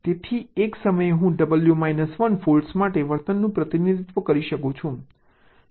તેથી એક સમયે હું W માઈનસ 1 ફોલ્ટ માટે વર્તનનું પ્રતિનિધિત્વ કરી શકું છું